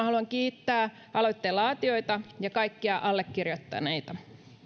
haluan kiittää aloitteen laatijoita ja kaikkia allekirjoittaneita